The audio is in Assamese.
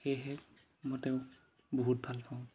সেয়েহে মই তেওঁক বহুত ভাল পাওঁ